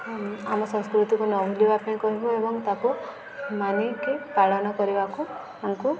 ଆମ ସଂସ୍କୃତିକୁ ନ ବୁଲିବା ପାଇଁ କହିବୁ ଏବଂ ତାକୁ ମାନିକି ପାଳନ କରିବାକୁ ଆମକୁ